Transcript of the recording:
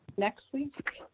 next please.